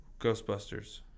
Ghostbusters